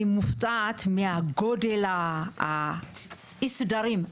אני מופתעת מגודל האי סדרים,